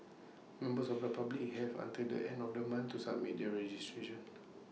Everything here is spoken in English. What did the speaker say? members of the public have until the end of the month to submit their registration